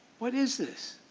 what is this?